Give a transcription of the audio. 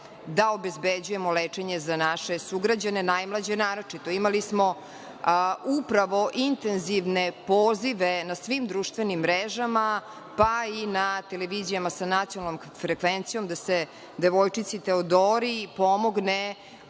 da obezbeđujemo lečenje za naše sugrađane, najmlađe naročito. Imali smo upravo intenzivne pozive na svim društvenim mrežama, pa i na televizijama sa nacionalnom frekvencijom, da se devojčici Teodori pomogne